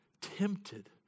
tempted